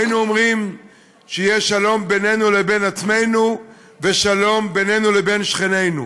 היינו אומרים שיהיה שלום בינינו לבין עצמנו ושלום בינינו לבין שכנינו.